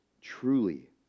truly